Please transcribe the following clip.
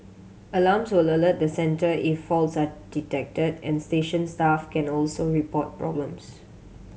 alarms will alert the centre if faults are detected and station staff can also report problems